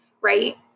right